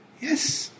Yes